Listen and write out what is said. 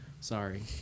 sorry